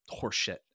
horseshit